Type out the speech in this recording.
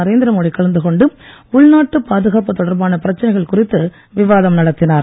நரேந்திரமோடி கலந்து கொண்டு உள்நாட்டு பாதுகாப்பு தொடர்பான பிரச்னைகள் குறித்து விவாதம் நடத்தினார்